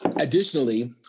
Additionally